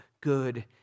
good